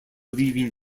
leaving